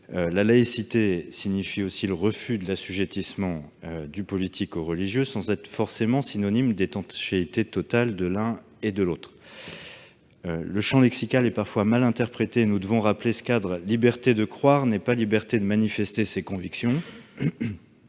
La laïcité signifie le refus de l'assujettissement du politique au religieux sans être forcément synonyme d'étanchéité totale de l'un vis-à-vis de l'autre. Par ailleurs, le champ lexical est parfois mal interprété, et nous devons rappeler ce cadre : liberté de croire n'est pas liberté de manifester ses convictions ;